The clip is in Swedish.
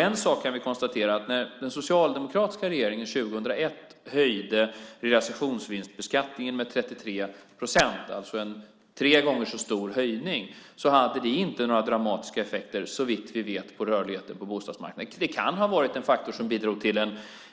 En sak kan vi konstatera: När den socialdemokratiska regeringen 2001 höjde realisationsvinstbeskattningen med 33 procent, alltså en tre gånger så stor höjning, hade inte det några dramatiska effekter på rörligheten på bostadsmarknaden såvitt vi vet. Det kan ha varit en faktor som bidrog till